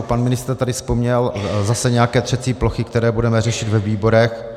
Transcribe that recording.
Pan ministr tady vzpomněl zase nějaké třecí plochy, které budeme řešit ve výborech.